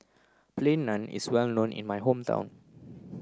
plain naan is well known in my hometown